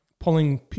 pulling